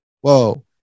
whoa